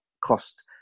cost